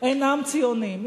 אינם ציונים.